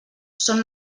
són